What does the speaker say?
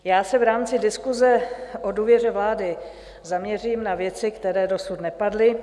Já se v rámci diskuse o důvěře vlády zaměřím na věci, které dosud nepadly.